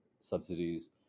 subsidies